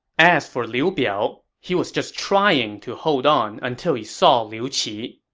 as for liu biao, he was just trying to hold on until he saw liu qi.